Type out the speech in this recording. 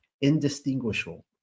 indistinguishable